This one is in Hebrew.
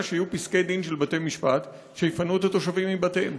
שיהיו פסקי דין של בתי-משפט שיפנו את התושבים מבתיהם?